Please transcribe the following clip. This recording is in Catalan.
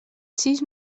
sis